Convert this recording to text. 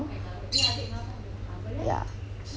ya